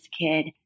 kid